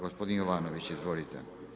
Gospodin Jovanović, izvolite.